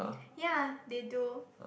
ya they do